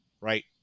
right